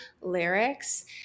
lyrics